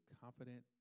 confident